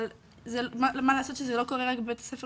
אבל מה לעשות שזה לא קורה רק בבית הספר